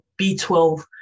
B12